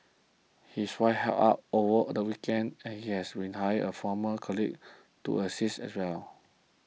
his wife helps out over the weekends and he has rehired a former colleague to assist as well